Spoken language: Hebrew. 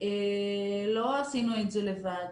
לא עשינו את זה לבד.